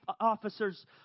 officers